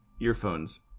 earphones